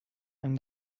and